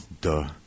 duh